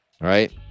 right